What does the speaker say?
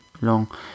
long